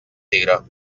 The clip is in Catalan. tigre